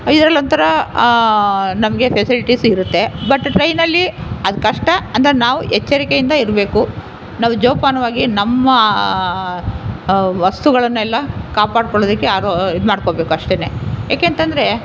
ಇದ್ರಲ್ಲಿ ಒಂಥರಾ ನಮಗೆ ಫೆಸಿಲಿಟೀಸ್ ಇರುತ್ತೆ ಬಟ್ ಟ್ರೈನಲ್ಲಿ ಅದು ಕಷ್ಟ ಅಂತ ನಾವು ಎಚ್ಚರಿಕೆಯಿಂದ ಇರಬೇಕು ನಾವು ಜೋಪಾನವಾಗಿ ನಮ್ಮ ವಸ್ತುಗಳನ್ನೆಲ್ಲ ಕಾಪಾಡ್ಕೊಳ್ಳೋದಕ್ಕೆ ಯಾರೂ ಇದು ಮಾಡ್ಕೊಳ್ಬೇಕು ಅಷ್ಟೆನೆ ಏಕೆಂತಂದ್ರೆ